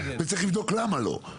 וצריך לבדוק למה לא.